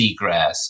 seagrass